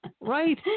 Right